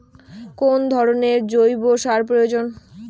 কোন ধরণের জৈব সার প্রয়োজন?